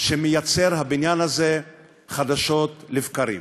שמייצר הבניין הזה חדשות לבקרים.